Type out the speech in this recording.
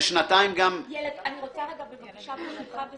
שנתיים גם --- אני רוצה בבקשה ברשותך,